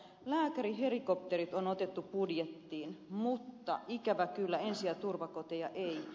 lääkärihelikopterit on otettu budjettiin mutta ikävä kyllä ensi ja turvakoteja ei